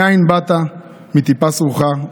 מאין באת, מטיפה סרוחה.